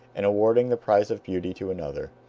in awarding the prize of beauty to another.